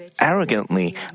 arrogantly